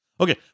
Okay